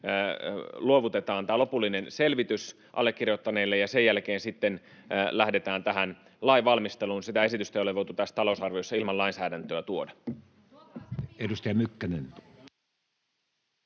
luovutetaan tämä lopullinen selvitys allekirjoittaneelle, ja sen jälkeen sitten lähdetään tähän lainvalmisteluun. Sitä esitystä ei ole voitu tässä talousarviossa ilman lainsäädäntöä tuoda.